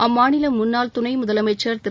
அம்மாநில முன்னாள் துணை முதலமைச்சர் திரு